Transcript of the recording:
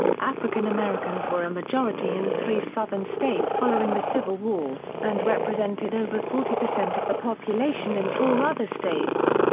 african americans were a majority in three southern states following the civil war, and represented over forty percent of the population in four other states.